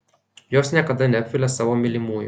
jos niekada neapvilia savo mylimųjų